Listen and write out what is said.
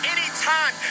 Anytime